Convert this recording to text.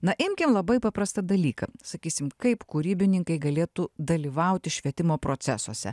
na imkim labai paprastą dalyką sakysim kaip kūrybininkai galėtų dalyvauti švietimo procesuose